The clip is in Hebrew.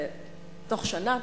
תוך שנה?